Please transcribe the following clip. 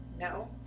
No